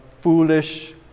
foolish